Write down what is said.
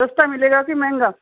ਸਸਤਾ ਮਿਲੇਗਾ ਕੇ ਮਹਿੰਗਾ